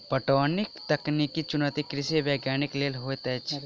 पटौनीक तकनीकी चुनौती कृषि वैज्ञानिक लेल होइत अछि